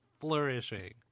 flourishing